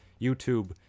YouTube